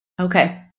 Okay